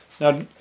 Now